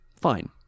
Fine